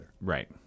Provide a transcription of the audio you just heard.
right